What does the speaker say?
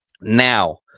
Now